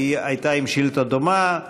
כי הייתה לה שאילתה דומה.